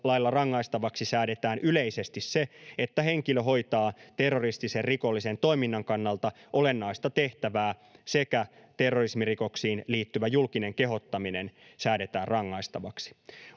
rikoslailla rangaistavaksi säädetään yleisesti se, että henkilö hoitaa terroristisen rikollisen toiminnan kannalta olennaista tehtävää, ja että terrorismirikoksiin liittyvä julkinen kehottaminen säädetään rangaistavaksi.